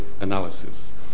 analysis